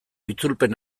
itzulpen